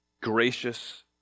gracious